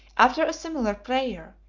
after a similar prayer,